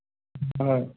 হয়